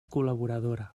col·laboradora